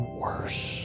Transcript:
worse